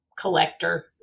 collector